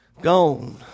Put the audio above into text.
Gone